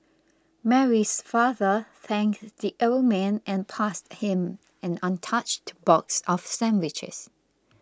Mary's father thanks the old man and passed him an untouched box of sandwiches